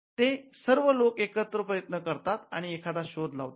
ते सर्व लोकं एकत्र प्रयत्न करता आणि एखादा शोध लावतात